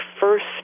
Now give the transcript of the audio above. first